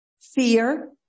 fear